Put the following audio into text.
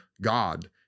God